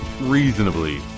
reasonably